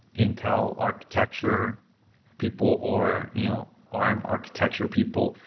intel architecture people, or you know arm architecture people.